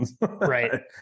right